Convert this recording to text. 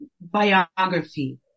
biography